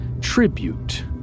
tribute